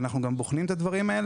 ואנחנו גם בוחנים אותם,